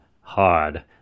hard